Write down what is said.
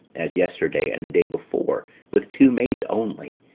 as yesterday and the day before, with two maids only,